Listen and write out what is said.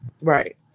right